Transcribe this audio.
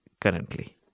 currently